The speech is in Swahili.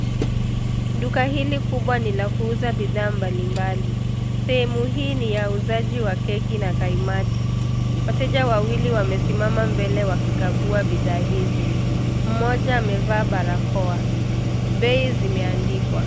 Duka hili kubwa ni la kuuza bidhaa mbalimbali. Sehemu hii ni ya uuzaji wa keki na kaimati. Wateja wawili wamesimama mbele wakikagua bidhaa hizi. Mmoja amevaa barakoa. Bei zimeandikwa.